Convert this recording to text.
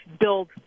build